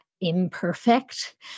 imperfect